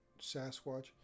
Sasquatch